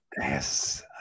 Yes